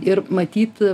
ir matyt